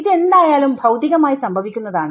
ഇത് എന്തായാലും ഭൌതികമായി സംഭവിക്കുന്നതാണ്